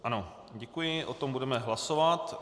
Ano, děkuji, o tom budeme hlasovat.